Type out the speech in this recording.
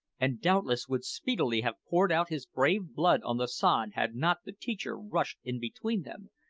and doubtless would speedily have poured out his brave blood on the sod had not the teacher rushed in between them,